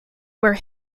where